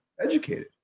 educated